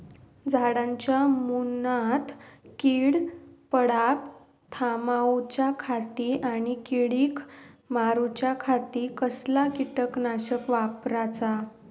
झाडांच्या मूनात कीड पडाप थामाउच्या खाती आणि किडीक मारूच्याखाती कसला किटकनाशक वापराचा?